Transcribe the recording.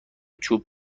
چوب